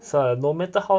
so no matter how